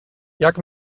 jak